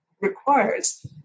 requires